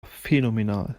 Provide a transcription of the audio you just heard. phänomenal